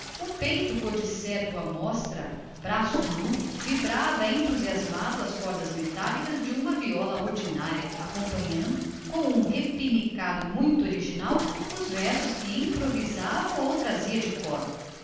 o peito liso e cor de cedro à mostra braço nu e sem cabelos vibrava entusiasmado as cordas metálicas de uma viola ordinária acompanhando com um repinicado muito original os versos que improvisava e outros que trazia de cor